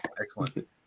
excellent